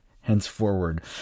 henceforward